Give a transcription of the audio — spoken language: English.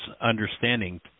understanding